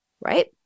right